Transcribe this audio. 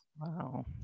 Wow